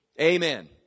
Amen